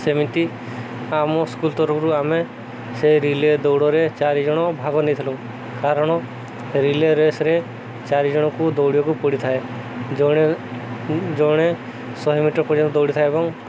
ସେମିତି ଆମ ସ୍କୁଲ ତରଫରୁ ଆମେ ସେ ରିଲେ ଦୌଡ଼ରେ ଚାରି ଜଣ ଭାଗ ନେଇଥିଲୁ କାରଣ ରିଲେ ରେସ୍ରେ ଚାରି ଜଣକୁ ଦୌଡ଼ିବାକୁ ପଡ଼ିଥାଏ ଜଣେ ଜଣେ ଶହେ ମିଟର ପର୍ଯ୍ୟନ୍ତ ଦୌଡ଼ିଥାଏ ଏବଂ